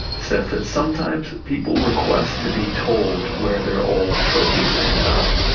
says that sometimes people request to be told where their old trophies end up,